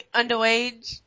underage